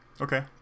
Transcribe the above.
okay